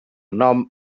nom